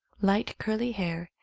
light curly hair,